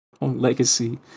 legacy